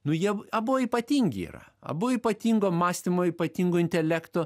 nu jie abu ypatingi yra abu ypatingo mąstymo ypatingo intelekto